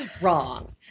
wrong